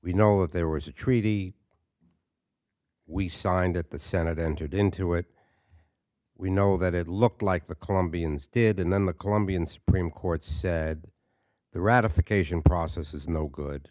we know that there was a treaty we signed at the senate entered into it we know that it looked like the colombians did and then the colombian supreme court said the ratification process is no good